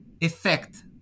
effect